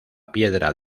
piedra